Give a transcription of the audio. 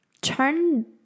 turn